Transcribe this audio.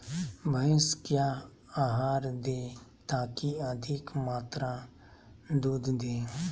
भैंस क्या आहार दे ताकि अधिक मात्रा दूध दे?